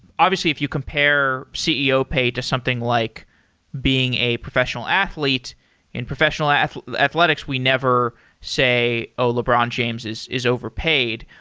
obviously, if you compare ceo pay to something like being a professional athlete in professional athletics, we never say, oh, lebron james is is overpaid.